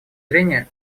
зрения